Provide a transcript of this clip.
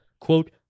quote